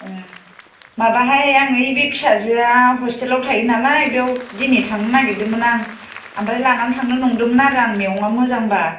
एह माबाहाय आं ओइ बे फिसाजोआ हस्टेलाव थायो नालाय बेयाव दिनै थांनो नागिरदोंमोन आं ओमफ्राय लानानै थांनो नंदोंमोन आरो आं मैगङा मोजांबा